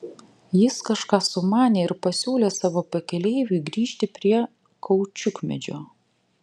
jis kažką sumanė ir pasiūlė savo pakeleiviui grįžti prie kaučiukmedžio